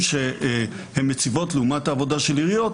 שהן מציבות לעומת העבודה של עיריות,